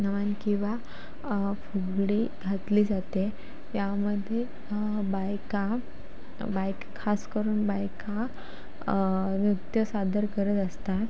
नमन किंवा फुगडी घातली जाते यामध्ये बायका बायका खासकरून बायका नृत्य सादर करत असतात